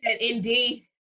Indeed